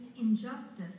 injustice